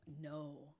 No